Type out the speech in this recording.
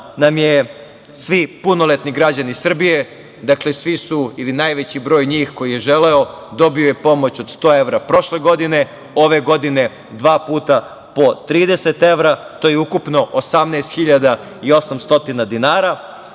nam svi punoletni građani Srbije, dakle, svi su, ili najveći broj njih koji je želeo, dobili pomoć od 100 evra prošle godine, ove godine dva puta po 30 evra, to je ukupno 18.800 dinara. Naši